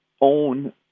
own